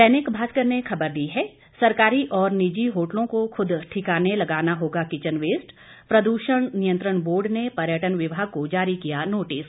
दैनिक भास्कर ने खबर दी है सरकारी और निजी होटलों को खुद ठिकाने लगाना होगा किचेन वेस्ट प्रदूषण नियंत्रण बोर्ड ने पर्यटन विभाग को जारी किया नोटिस